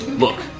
look,